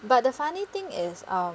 but the funny thing is um